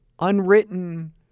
unwritten